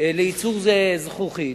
לייצור זכוכית,